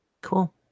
Cool